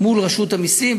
מול רשות המסים,